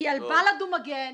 כי על בל"ד הוא מגן,